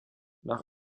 nach